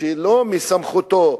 ולא מסמכותו,